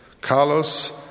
Carlos